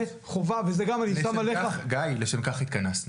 לשם כך התכנסנו.